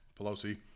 Pelosi